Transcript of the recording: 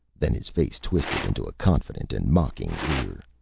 then his face twisted into a confident and mocking leer.